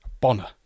Bonner